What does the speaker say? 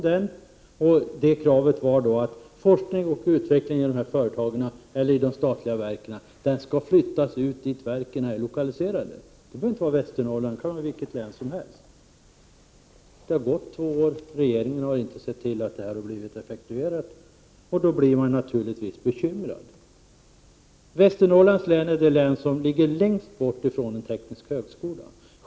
Kravet i motionen var att forskning och utveckling i de statliga verken skall flyttas till de regioner dit verken är lokaliserade. Det behöver inte vara Västernorrland. Det kan vara vilket län som helst. Det har nu gått två år sedan riksdagen biföll min motion. Regeringen har inte sett till att beslutet har blivit effektuerat. I det läget blir jag naturligtvis bekymrad. Västernorrlands län är det län som ligger längst från en teknisk högskola.